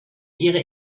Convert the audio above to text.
ihre